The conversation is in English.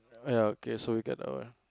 ya okay so you get that one